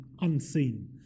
unseen